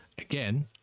again